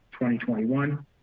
2021